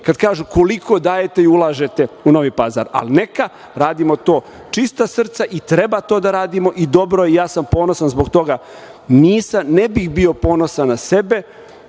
da kažu - koliko dajete i ulažete u Novi Pazar. Ali, neka, radimo to čista srca i treba to da radimo i dobro je. Ja sam ponosan zbog toga. Ne bih bio ponosan na sebe